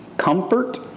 Comfort